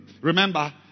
Remember